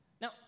Now